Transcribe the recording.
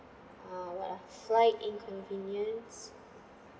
ah what ah flight inconvenience